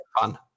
fun